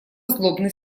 злобный